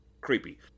creepy